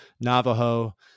Navajo